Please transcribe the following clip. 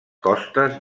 costes